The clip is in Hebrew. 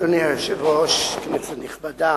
אדוני היושב-ראש, כנסת נכבדה,